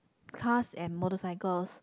cars and motorcycles